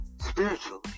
spiritually